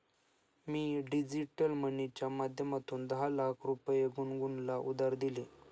मी digital मनीच्या माध्यमातून दहा लाख रुपये गुनगुनला उधार दिले